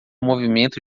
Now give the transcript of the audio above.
movimento